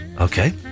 Okay